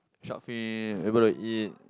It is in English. sharkfin we were able to eat